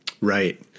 Right